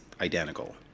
identical